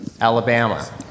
Alabama